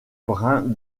brin